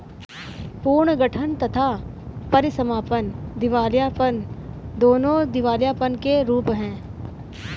पुनर्गठन तथा परीसमापन दिवालियापन, दोनों दिवालियापन के रूप हैं